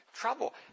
trouble